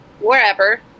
wherever